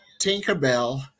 Tinkerbell